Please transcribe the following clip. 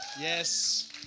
Yes